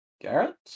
Garrett